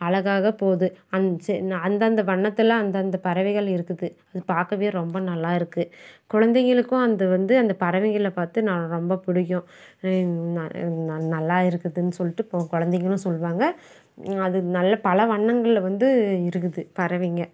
அழகாக போது அந் செ அந்தந்த வண்ணத்தில் அந்தந்த பறவைகள் இருக்குது அது பார்க்கவே ரொம்ப நல்லா இருக்குது குழந்தைகளுக்கும் அந்த வந்து அந்த பறவைகளைப் பார்த்து நான் ரொம்ப பிடிக்கும் நல் நல்லா இருக்குதுன்னு சொல்லிட்டு போக கொழந்தைங்களும் சொல்வாங்கள் அது நல்ல பல வண்ணங்களில் வந்து இருக்குது பறவைங்கள்